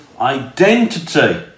identity